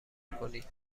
کنید